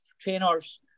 trainers